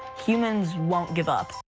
humans won't give up.